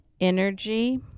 energy